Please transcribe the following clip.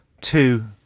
two